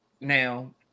now